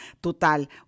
total